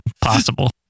Possible